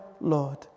Lord